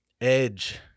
edge